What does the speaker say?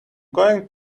going